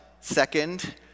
Second